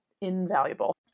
invaluable